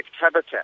habitat